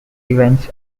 events